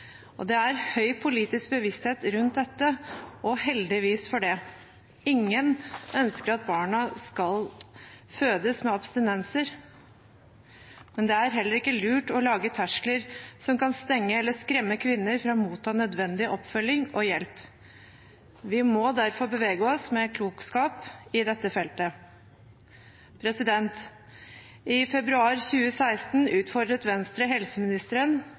Det er høy politisk bevissthet rundt dette – heldigvis. Ingen ønsker at barna skal fødes med abstinenser, men det er heller ikke lurt å lage terskler som kan stenge ute eller skremme kvinner fra å motta nødvendig oppfølging og hjelp. Vi må derfor bevege oss med klokskap i dette feltet. I februar 2016 utfordret Venstre helseministeren